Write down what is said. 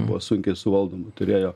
buvo sunkiai suvaldoma turėjo